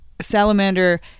Salamander